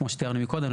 כמו שתיארנו מקודם,